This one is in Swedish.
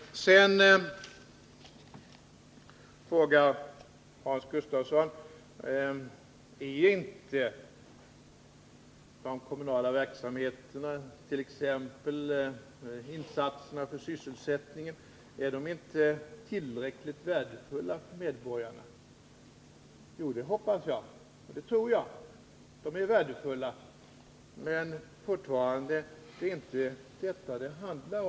Sedan frågar Hans Gustafsson om inte de kommunala verksamheterna, t.ex. insatserna för sysselsättningen, är tillräckligt värdefulla för medborgarna. Jo, det hoppas och tror jag. Men det är inte det saken gäller.